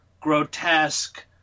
grotesque